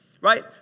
right